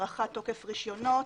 הארכת תוקף רישיונות,